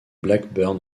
blackburn